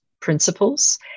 principles